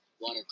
water